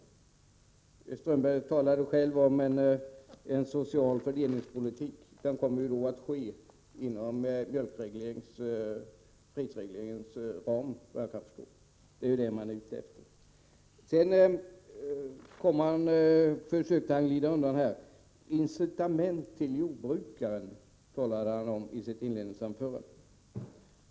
Håkan Strömberg talade själv om en social fördelningspolitik inom ramen för regleringen av mjölkpriset. Det är detta man är ute efter. Håkan Strömberg försöker glida undan här. I sitt inledningsanförande talade han om incitament till jordbrukaren.